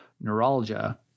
neuralgia